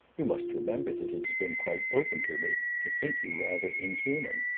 you must remember that it has been quite open to me to think you rather inhuman.